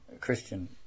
Christian